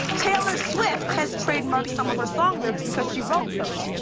taylor swift has trademarked some of her song lyrics because she wrote those.